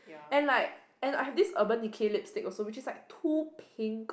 and like and I have this Urban Decay lipstick also which is like too pink